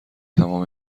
تمام